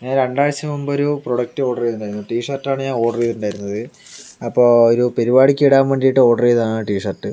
ഞാൻ രണ്ടാഴ്ച്ച മുൻപ് ഒരു പ്രൊഡക്റ്റ് ഓർഡർ ചെയ്തുണ്ടായിരുന്നു ടി ഷർട്ടാണ് ഞാൻ ഓർഡർ ചെയ്തിട്ടുണ്ടായിരുന്നത് അപ്പോൾ ഒരു പരിപാടിക്ക് ഇടാൻ വേണ്ടി ഓർഡർ ചെയ്തതാണ് ടി ഷർട്ട്